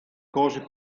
cose